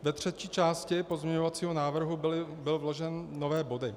Ve třetí části pozměňovacího návrhu byly vloženy nové body.